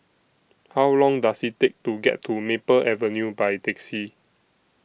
How Long Does IT Take to get to Maple Avenue By Taxi